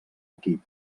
equip